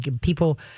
people